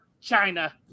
China